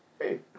hey